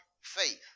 faith